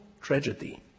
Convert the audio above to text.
tragedy